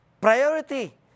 Priority